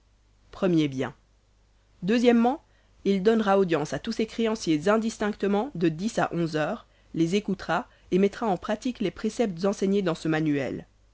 premier bien o il donnera audience à tous ses créanciers indistinctement de à heures les écoutera et mettra en pratique les préceptes enseignés dans ce manuel